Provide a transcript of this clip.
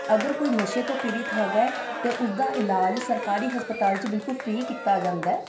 ਅਗਰ ਕੋਈ ਨਸ਼ੇ ਤੋਂ ਪੀੜਿਤ ਹੈਗਾ ਹੈ ਤਾਂ ਉਸਦਾ ਇਲਾਜ ਸਰਕਾਰੀ ਹਸਪਤਾਲ ਚ ਬਿਲਕੁਲ ਫ੍ਰੀ ਕੀਤਾ ਜਾਂਦਾ ਹੈ